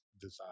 design